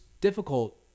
difficult